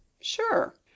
Sure